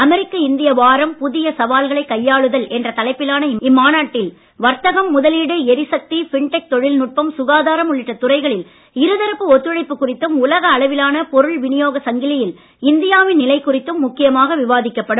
அமெரிக்க இந்திய வாரம் புதிய சவால்களை கையாளுதல் என்ற தலைப்பிலான இம்மாநாட்டில் வர்த்தகம் முதலீடு எரிசக்தி ஃபின்டெக் தொழில்நுட்பம் சுகாதாரம் உள்ளிட்ட துறைகளில் இருதரப்பு ஒத்துழைப்பு குறித்தும் உலக அளவிலான பொருள் விநியோகச் சங்கிலியில் இந்தியாவின் நிலை குறித்தும் முக்கியமாக விவாதிக்கப்படும்